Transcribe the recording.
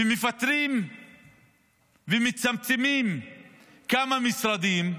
ומפטרים ומצמצמים כמה משרדים,